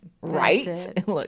right